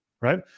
right